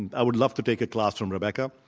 and i would love to take a class from rebecca.